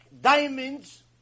diamonds